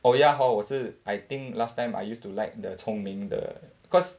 oh ya hor 我是 I think last time I used to like the 聪明的 cause